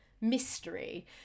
mystery